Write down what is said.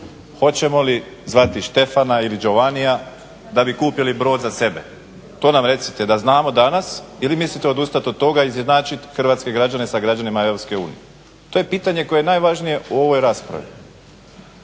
Hoćemo li zvati Štefana ili Đovanija da bi kupili brod za sebe? To nam recite da znamo danas ili mislite odustati od toga i izjednačiti hrvatske građane sa građanima EU. To je pitanje koje je najvažnije u ovoj raspravi